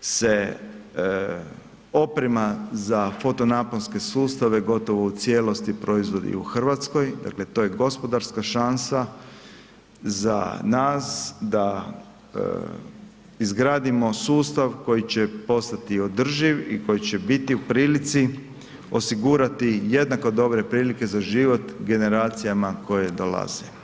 se oprema za fotonaponske sustave gotovo u cijelosti proizvodi u Hrvatskoj, dakle to je gospodarska šansa za nas da izradimo sustav koji će postati održiv i koji će biti u prilici osigurati jednako dobre prilike za život generacijama koje dolaze.